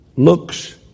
looks